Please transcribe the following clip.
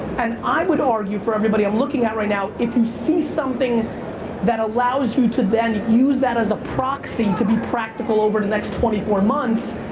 and i would argue for everybody i'm looking at right now, if you see something that allows you to then use that as a proxy to be practical over the next twenty four months,